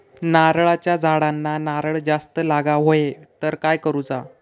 नारळाच्या झाडांना नारळ जास्त लागा व्हाये तर काय करूचा?